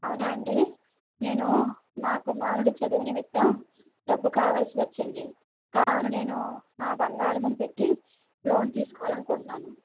అవునా అండి నేను మా కుమారుడు చదువు నిమిత్తం డబ్బు కావలసి వచ్చింది కావున నేను నా బంగారమును పెట్టి లోన్ తీసుకోవాలి అనుకుంటున్నాను